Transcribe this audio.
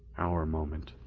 our moment.